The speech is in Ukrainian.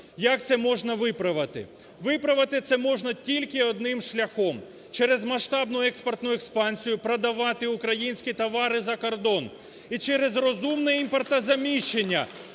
Як це можна виправити? Виправити це можна тільки одним шляхом. Через масштабну експортну експансію. Продавати українські товари за кордон. І через розумне імпортозаміщення.